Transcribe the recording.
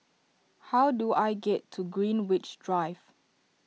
how do I get to Greenwich Drive